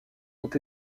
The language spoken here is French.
ont